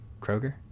Kroger